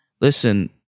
listen